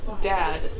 dad